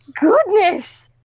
Goodness